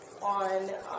on